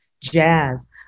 jazz